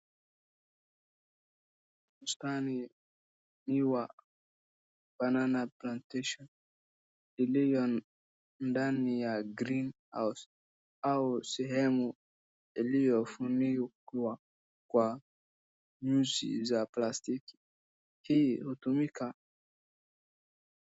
Bustani miwa banana plantation iliyo ndani ya greenhouse au sehemu iliyofunikiwa kwa nyuzi za plastiki. Hii hutumika